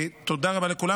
תודה רבה לכולם.